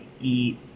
eat